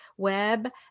web